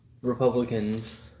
Republicans